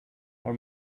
her